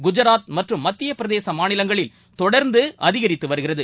குஜராத் மற்றும் மத்தியபிரதேசமாநிலங்களில் தொடர்ந்துஅதிகரித்துவருகிறது